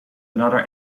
another